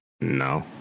no